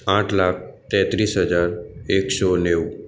આઠ લાખ તેત્રીસ હજાર એકસો નેવું